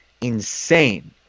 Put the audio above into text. insane